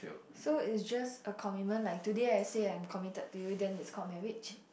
so is just a commitment like today I say I'm committed to you then it's called marriage